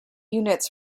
units